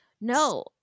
No